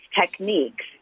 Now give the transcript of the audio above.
techniques